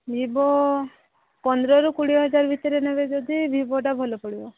Vivo ପନ୍ଦରରୁ କୋଡ଼ିଏ ହଜାର ଭିତରେ ନେବେ ଯଦି ଭିଭୋଟା ଭଲ ପଡ଼ିବ